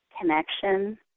connection